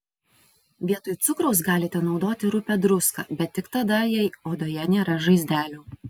vietoj cukraus galite naudoti rupią druską bet tik tada jei odoje nėra žaizdelių